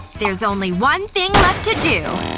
there's only one thing left to do.